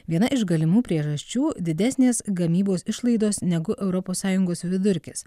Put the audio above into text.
viena iš galimų priežasčių didesnės gamybos išlaidos negu europos sąjungos vidurkis